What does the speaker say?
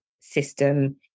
system